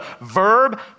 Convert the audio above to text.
verb